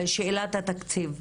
שאלת התקציב.